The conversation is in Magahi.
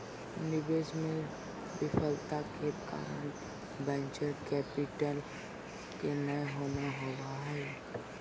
निवेश मे विफलता के कारण वेंचर कैपिटल के नय होना होबा हय